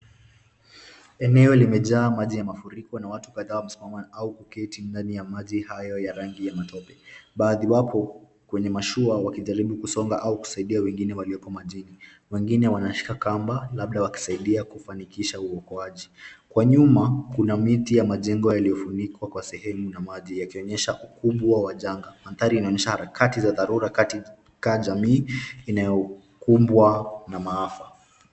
Eneo imejaa maji ya mafuriko na watu kadhaa wamesimama au kuketi ndani ya maji hayo ya rangi ya matope, baadhi yapo kwa mashua wakijaribu kusonga au kusaida wengine walioko majini, wengine wanashika kamba labda wakisaidia kufanikisha uokoaji. Kwa nyuma kuna miti ya majengo yaliofunikwa kwa sehemu na maji yakionyesha ukubwa wa janga. Madhari inaonyesha harakati za dharura katika jamii inayokumbwa na maafa.